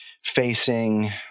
facing